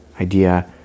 idea